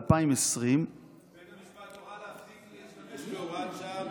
ב-2020 --- בית המשפט הורה להפסיק להשתמש בהוראת שעה בחוקי-יסוד.